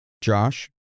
Josh